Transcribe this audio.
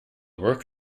work